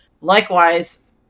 Likewise